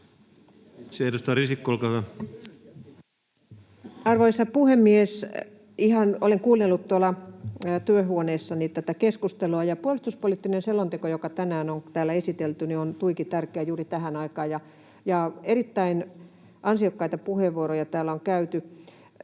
Arvoisa puhemies! Ihan olen kuunnellut tuolla työhuoneessani tätä keskustelua, ja puolustuspoliittinen selonteko, joka tänään on täällä esitelty, on tuiki tärkeä juuri tähän aikaan, ja erittäin ansiokkaita puheenvuoroja täällä on käytetty.